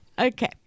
Okay